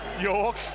York